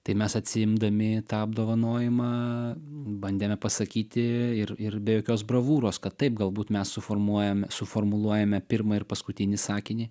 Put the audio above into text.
tai mes atsiimdami tą apdovanojimą bandėme pasakyti ir ir be jokios bravūros kad taip galbūt mes suformuojam suformuluojame pirmą ir paskutinį sakinį